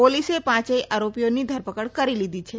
પોલીસે પાંચેય આરોપીઓની ધરપકડ કરી લીધી છે